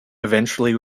eventually